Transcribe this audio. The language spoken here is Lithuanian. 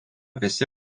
visi